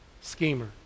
schemer